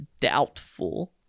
doubtful